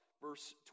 verse